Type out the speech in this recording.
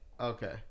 Okay